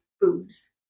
boobs